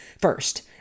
First